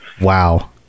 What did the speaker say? Wow